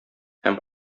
һәм